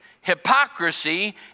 hypocrisy